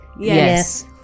Yes